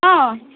ହଁ